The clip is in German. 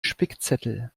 spickzettel